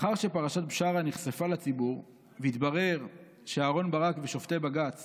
"לאחר שפרשת בשארה נחשפה לציבור והתברר שאהרן ברק ושופטי בג"ץ